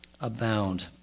Abound